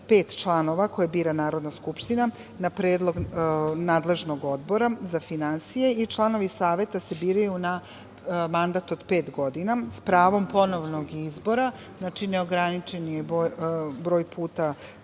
pet članova koje bira Narodna skupština na predlog nadležnog Odbora za finansije i članovi Saveta se biraju na mandat od pet godina s pravom ponovnog izbora. Znači, neograničen je broj puta